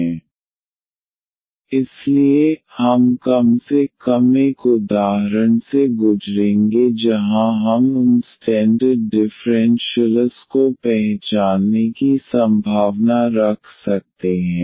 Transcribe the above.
iii dln yx xdy ydxxy ordln xy ydx xdyxy iv xdy ydxx2y2 orydx xdyy2x2 v d ydxxdyxy इसलिए हम कम से कम एक उदाहरण से गुजरेंगे जहां हम उन स्टैंडर्ड डिफ़्रेंशियलस को पहचानने की संभावना रख सकते हैं